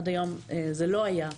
עד היום זה לא היה.